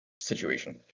situation